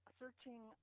searching